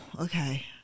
okay